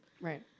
Right